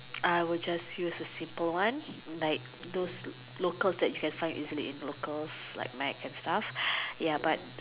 I will just use the simple one like those locals that you can find easily in locals like night and stuff ya but